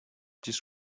this